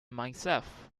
myself